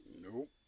nope